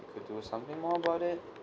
you could do something more about it